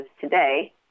today—